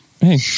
Hey